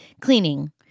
cleaning